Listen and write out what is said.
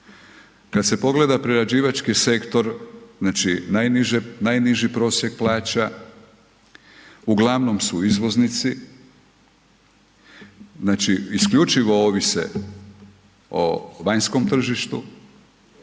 Kad se pogleda prerađivački sektor, znači najniži prosjek plaća, uglavnom su izvoznici, znači isključivo ovise o vanjskom tržištu,